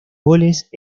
goles